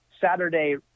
Saturday